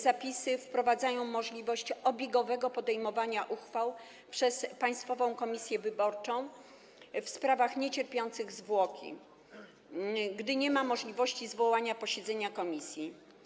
Zapisy wprowadzają możliwość obiegowego podejmowania uchwał przez Państwową Komisję Wyborczą w sprawach niecierpiących zwłoki, gdy nie ma możliwości zwołania posiedzenia komisji.